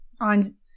On